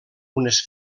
unes